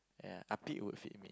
ya would fit me